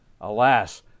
Alas